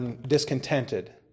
discontented